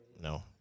No